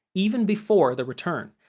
even before the return,